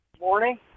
morning